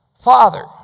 Father